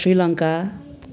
Sri Lanka